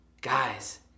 Guys